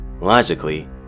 Logically